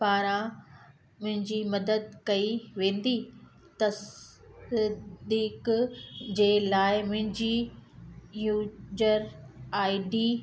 पारां मुंहिंजी मदद कई वेंदी तसदीक़ जे लाइ मुंहिंजी यूजर आईडी